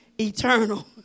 eternal